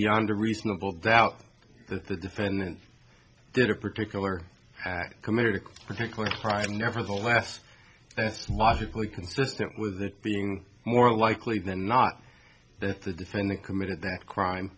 beyond a reasonable doubt that the defendant did a particular act committed a particular crime nevertheless that's logically consistent with it being more likely than not that the defendant committed that crime